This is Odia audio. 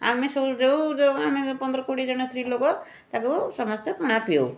ଆମେ ସବୁ ଯେଉଁ ଯେଉଁ ଆମେ ପନ୍ଦର କୋଡ଼ିଏ ଜଣ ସ୍ତ୍ରୀ ଲୋକ ତାକୁ ସମସ୍ତେ ପଣା ପିଅଉ